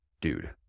dude